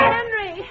Henry